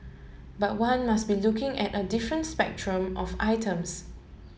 but one must be looking at a different spectrum of items